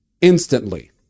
instantly